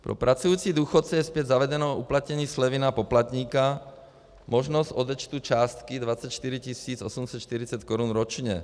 Pro pracující důchodce je zpět zavedeno uplatnění slevy na poplatníka, možnost odečtu částky 24 840 korun ročně.